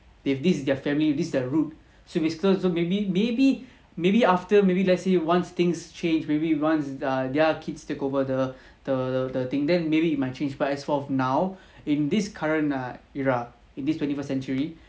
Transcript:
they this is their family this their root should be close also maybe maybe after maybe let's say once things change maybe runs err their kids take over the the the thing then maybe it might change but as for now in this current err era in this twenty first century